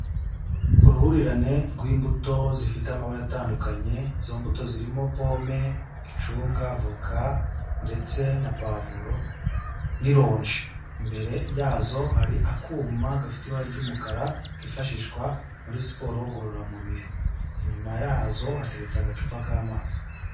Uruhurirane rw'imbuto zifite amabara atandukanye izo mbuto zirimo pome, icunga, voka ndetse na pavuro n'ironji imbere yazo hari akuma gafite ibara ry'umukara kifashishwa muri siporo ngororamubiri inyuma yazo hateretse agacupa k'amazi.